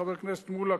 חבר הכנסת מולה,